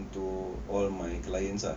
untuk all my clients are